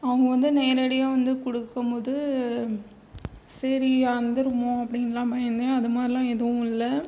அவங்க வந்து நேரடியாக வந்து கொடுக்கும்போது சரி அறுந்துருமோ அப்படிலாம் பயந்தேன் அந்த மாதிரிலாம் எதுவும் இல்லை